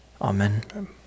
Amen